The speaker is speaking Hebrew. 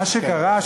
מה שקרה,